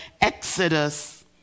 Exodus